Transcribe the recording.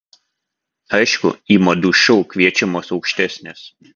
aišku į madų šou kviečiamos aukštesnės